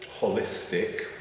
holistic